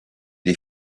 des